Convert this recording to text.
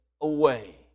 away